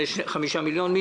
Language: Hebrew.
40.5 מיליון, ירים את ידו?